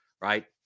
right